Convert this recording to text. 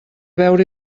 veure